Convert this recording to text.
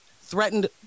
threatened